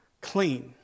clean